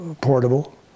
Portable